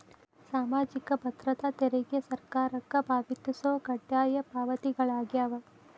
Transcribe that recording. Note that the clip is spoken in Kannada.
ಸಾಮಾಜಿಕ ಭದ್ರತಾ ತೆರಿಗೆ ಸರ್ಕಾರಕ್ಕ ಪಾವತಿಸೊ ಕಡ್ಡಾಯ ಪಾವತಿಗಳಾಗ್ಯಾವ